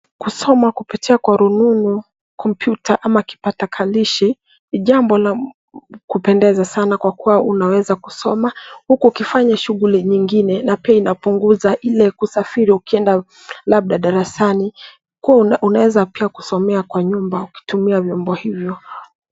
Kusoma kupitia kwa rununu, kompyuta au kipakatalishi ni jambo la kupendeza sana kwa kiwa unaweza kusoma huku ukifanya shughuli nyingine. Na pia inapunguza ile kusafiri labda ukienda darasani .Kuwa unaweza pia kusomea kwa nyumba kutumia vyombo hivyo.